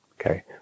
Okay